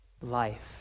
life